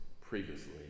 previously